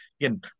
Again